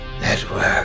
Network